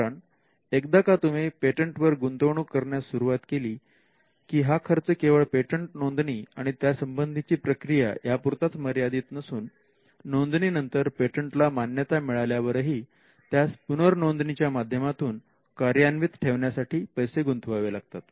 कारण एकदा का तुम्ही पेटंट वर गुंतवणूक करण्यास सुरुवात केली की हा खर्च केवळ पेटंट नोंदणी आणि त्यासंबंधीची प्रक्रिया यापुरताच मर्यादित नसून नोंदणी नंतर पेटंटला मान्यता मिळाल्यावरही त्यास पुनरनोंदणी च्या माध्यमातून कार्यान्वित ठेवण्यासाठी पैसे गुंतवावे लागतात